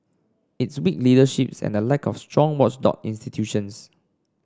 it's weak leaderships and the lack of strong watchdog institutions